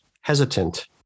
hesitant